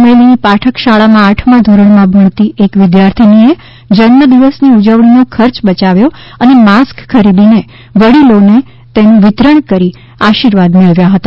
અમરેલીની પાઠક શાળામાં આઠમાં ધોરણમાં ભણતી એક વિદ્યાર્થિનીએ જન્મદિવસની ઉજવણીનો ખર્ચ બચાવ્યો અને માસ્ક ખરીદીને વડીલોને તેનું વિતરણ કરી આશીર્વાદ મેળવ્યા હતા